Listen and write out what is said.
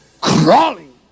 crawling